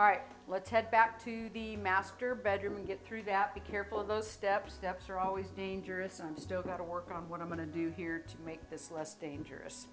are let's head back to the master bedroom and get through that be careful of those steps steps are always dangerous and still got to work on what i'm going to do here to make this less dangerous